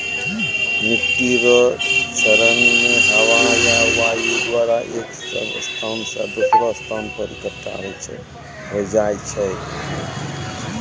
मिट्टी रो क्षरण मे हवा या वायु द्वारा एक स्थान से दोसरो स्थान पर इकट्ठा होय जाय छै